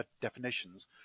definitions